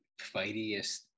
fightiest